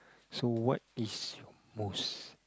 so what is most